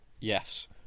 yes